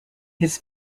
his